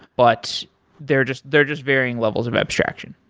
but they're just they're just varying levels of abstraction.